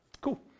Cool